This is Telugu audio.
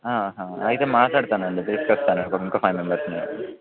అయితే మాట్లాడతాను అండి తీసుకు వస్తాను ఇంకో ఫైవ్ మెంబెర్స్ని